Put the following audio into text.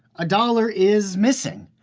a dollar is missing.